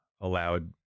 allowed